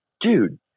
dude